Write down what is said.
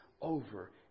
over